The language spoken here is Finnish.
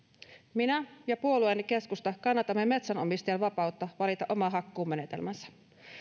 minä ja puolueeni keskusta kannatamme metsänomistajan vapautta valita oma hakkuumenetelmänsä